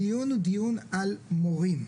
הדיון הוא דיון על מורים,